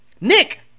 Nick